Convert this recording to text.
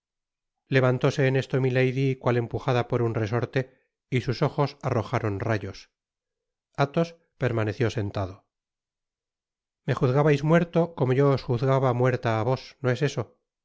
levantóse en esto milady cual empujada por un resorte y sus ojos arrojaron rayos athos permaneció sentado me juzgabais muerto como yo os juzgaba muerta á vos no es eso